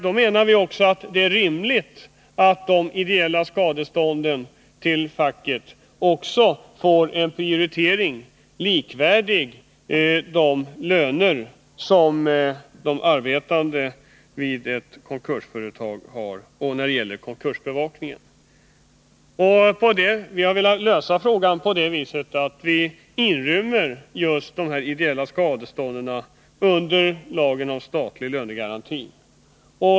Då menar vi att det är rimligt att de ideella skadestånden till facket får en prioritering likvärdig de arbetandes lönefordringar i en konkursbevakning. Vi har velat lösa problemet på det viset att frågan om de ideella skadestånden inryms i lagen om statlig lönegaranti.